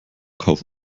kauf